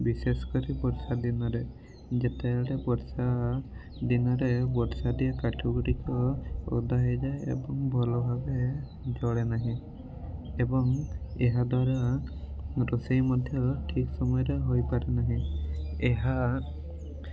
ବିଶେଷ କରି ବର୍ଷା ଦିନରେ ଯେତେବେଳେ ବର୍ଷା ଦିନରେ ବର୍ଷାରେ କାଠଗୁଡ଼ିକ ଓଦା ହେଇଯାଏ ଏବଂ ଭଲଭାବେ ଜଳେ ନାହିଁ ଏବଂ ଏହାଦ୍ୱାରା ରୋଷେଇ ମଧ୍ୟ ଠିକ୍ ସମୟରେ ହୋଇପାରେ ନାହିଁ ଏହା